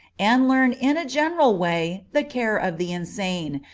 and learn in a general way the care of the insane,